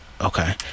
Okay